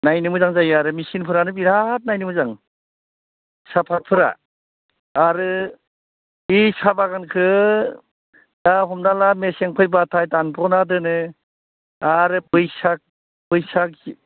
नायनो मोजां जायो आरो मिसिंफोरानो बिराथ नायनो मोजां साफादफोरा आरो बि साहा बागानखौ दा हमना ला मेसें फैबाथाय दानफ'ना दोनो आरो बैसाग बैसाग